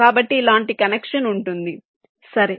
కాబట్టి ఇలాంటి కనెక్షన్ ఉంటుంది సరే